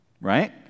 right